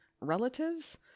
relatives